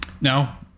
Now